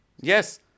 Yes